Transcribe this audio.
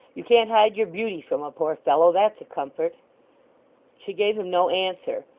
you can't hide your beauty from a poor fellow that's a comfort she gave him no answer,